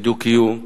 בדו-קיום,